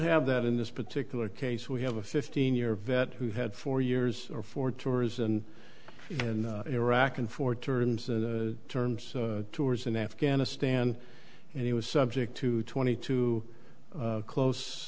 have that in this particular case we have a fifteen year vet who had four years or four tours and in iraq and four terms and terms tours in afghanistan and he was subject to twenty two close